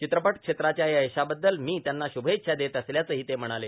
चित्रपट क्षेत्राच्या या यशाबद्दल मी त्यांना श्रभेच्छा देत असल्याचंही ते म्हणाले